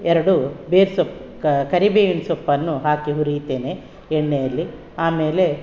ಎರಡು ಬೇರೆ ಸೊಪ್ಪು ಕರಿಬೇವಿನ ಸೊಪ್ಪನ್ನು ಹಾಕಿ ಹುರಿತೇನೆ ಎಣ್ಣೆಯಲ್ಲಿ ಆಮೇಲೆ